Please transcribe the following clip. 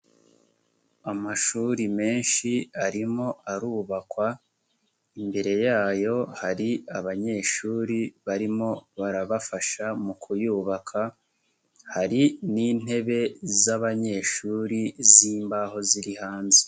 Amashuri menshi arimo arubakwa, imbere yayo hari abanyeshuri barimo barabafasha mu kuyubaka, hari n'intebe z'abanyeshuri z'imbaho ziri hanze.